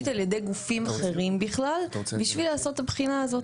על ידי גופים אחרים בכלל בשביל לעשות את הבחינה הזאת.